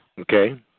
Okay